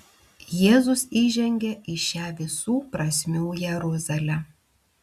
jėzus įžengia į šią visų prasmių jeruzalę